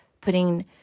putting